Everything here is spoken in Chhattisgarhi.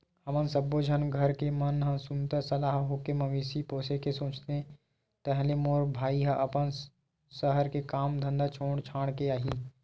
हमन सब्बो झन घर के मन ह सुनता सलाह होके मवेशी पोसे के सोचेन ताहले मोर भाई ह अपन सहर के काम धंधा ल छोड़ छाड़ के आही